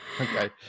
Okay